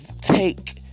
take